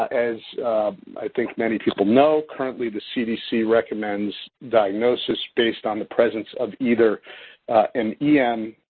as i think many people know, currently, the cdc recommends diagnosis based on the presence of either an em